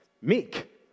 meek